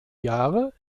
jahre